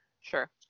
Sure